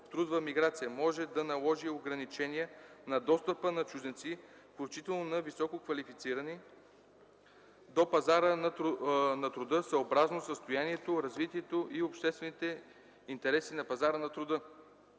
трудова миграция може да наложи ограничения на достъпа на чужденци, включително на висококвалифицирани, до пазара на труда, съобразно състоянието, развитието и обществените интереси на пазара на труда.”